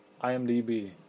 IMDb